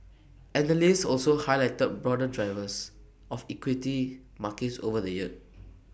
analysts also highlighted broader drivers of equity markets over the year